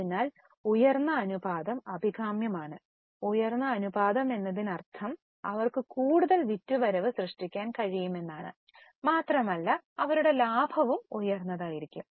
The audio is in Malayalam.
അതിനാൽ ഉയർന്ന അനുപാതം അഭികാമ്യമാണ് ഉയർന്ന അനുപാതം എന്നതിനർത്ഥം അവർക്ക് കൂടുതൽ വിറ്റുവരവ് സൃഷ്ടിക്കാൻ കഴിയുമെന്നാണ് മാത്രമല്ല അവരുടെ ലാഭവും ഉയർന്നതായിരിക്കും